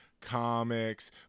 comics